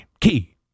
Key